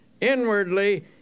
Inwardly